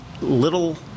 Little